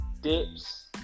dips